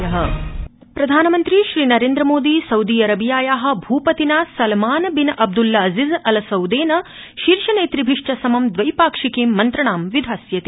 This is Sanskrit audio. भारत सउदी अरबिया प्रधानमन्त्री श्रीनरेन्द्रमोदी सउदी अरबियाया भूपतिना सलमान बिन अब्द्ल्लाजिज अल सउदेन शीर्षनेतृभिश्च समं द्रैपाक्षिकीं मन्त्रणां विधास्यति